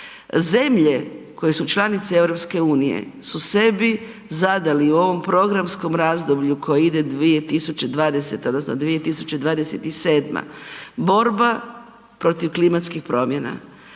Zemlje koje su članice EU su sebi zadali u ovom programskom razdoblju koje ide 2020. odnosno 2027. borba protiv klimatskih promjena.